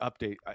update